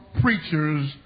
preachers